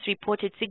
reported